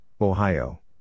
Ohio